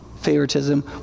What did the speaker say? favoritism